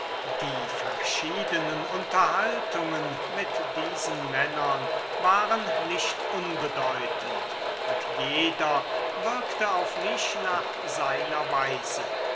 die verschiedenen unterhaltungen mit diesen männern waren nicht unbedeutend und jeder wirkte auf mich nach seiner weise